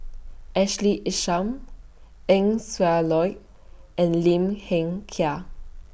Ashley Isham Eng Siak Loy and Lim Hng Kiang